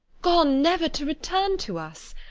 gone, never to return to us!